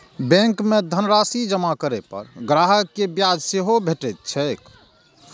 bank मे धनराशि जमा करै पर ग्राहक कें ब्याज सेहो भेटैत छैक